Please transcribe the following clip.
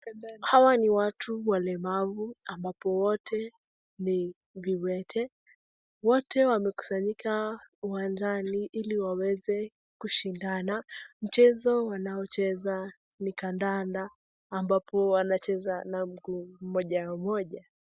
Hawa ni watu walemavu ambapo wote ni viwete, wote wamekusanyika uwanjani ili waweze kushindana, mchezo wanaocheza ni kadanda ambapo wanacheza na mguu mmoja mmoja.